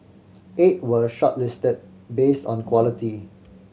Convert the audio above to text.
eight were shortlisted based on quality